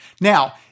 Now